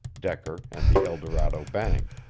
decker and the el dorado bank.